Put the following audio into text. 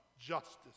justice